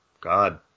God